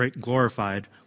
glorified